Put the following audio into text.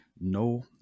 no